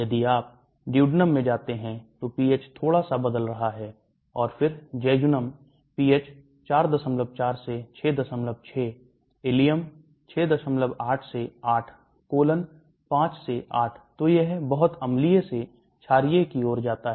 यदि आप duodenum में जाते हैं तो pH थोड़ा सा बदल रहा है और फिर jejunum pH 44 से 66 ileum 68 से 8 colon 5 से 8 तो यह बहुत अम्लीय से छारीय की ओर जाता है